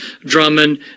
Drummond